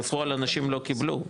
בפועל אנשים לא קיבלו,